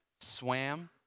swam